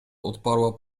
odparła